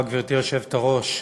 גברתי היושבת-ראש,